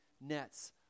nets